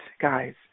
guys